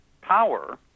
power